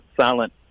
silent